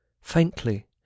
Faintly